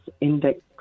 index